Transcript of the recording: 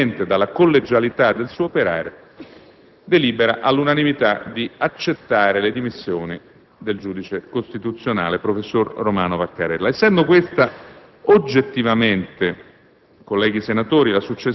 istituzionalmente dalla collegialità del suo operare, delibera all'unanimità di accettare le dimissioni del giudice costituzionale professor Romano Vaccarella». Essendo questa, oggettivamente,